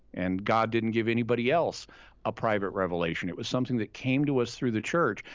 and god didn't give anybody else a private revelation. it was something that came to us through the church.